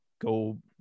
go